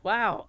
Wow